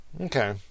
okay